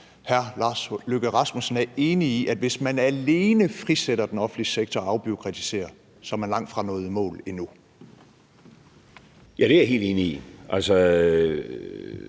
hr. Lars Løkke Rasmussen er enig i, at hvis man alene frisætter den offentlige sektor og afbureaukratiserer, er man langtfra nået i mål endnu. Kl. 14:27 Lars Løkke